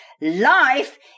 life